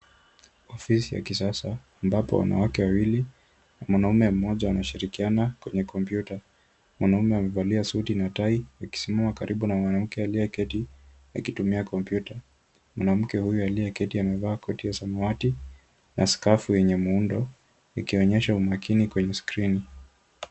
Ofisi ya kisasa ambapo wanawake wawili mwanamume mmoja anashirikiana kwenye computer , mwanaume amevalia suti na tai akisimama karibu na mwanamke aliyeketi akitumia computer . Mwanamke huyo aliyeketi amevaa koti ya samawati na skafu yenye muundo, ikionyesha umakini kwenye skrini.